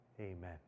Amen